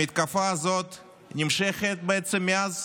המתקפה הזאת נמשכת מאז